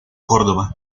córdoba